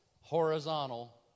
horizontal